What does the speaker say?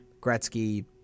Gretzky